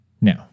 Now